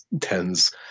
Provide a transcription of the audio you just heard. tens